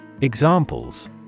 Examples